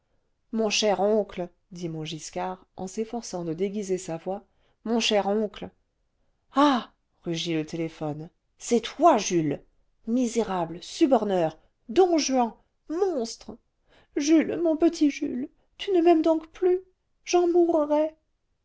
mon cher oncle dit montgiscard en s'efforçant de déguiser sa voix mon cher oncle ah rugit le téléphone c'est toi jules misérable suborneur don juan monstre jules mon petit jules tu ne m'aimes donc plus j'en mourrai